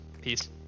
peace